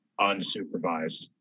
unsupervised